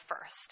first